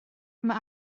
mae